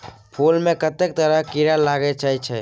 फुल मे कतेको तरहक कीरा लागि जाइ छै